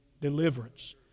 deliverance